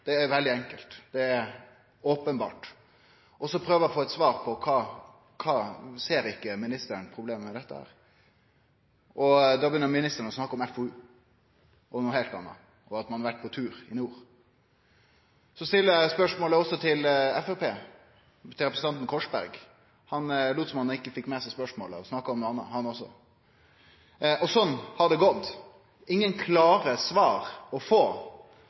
det er veldig enkelt – det er openbert. Så prøvar eg å få eit svar på om ikkje ministeren ser dette problemet. Då startar ministeren å snakke om FoU, noko heilt anna, og at ein har vore på tur i nord. Så stillar eg òg spørsmålet til Framstegspartiet, til representanten Korsberg. Han lét som han ikkje fekk med seg spørsmålet og snakka om noko anna, han òg. Og sånn har det gått – ingen klare svar å få.